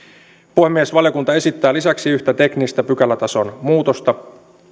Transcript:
puhemies valiokunta esittää lisäksi yhtä teknistä pykälätason muutosta